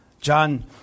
John